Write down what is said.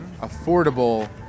affordable